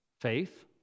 faith